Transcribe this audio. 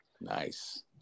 Nice